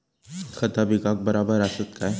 खता पिकाक बराबर आसत काय?